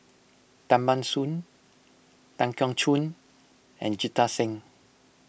Tan Ban Soon Tan Keong Choon and Jita Singh